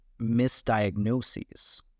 misdiagnoses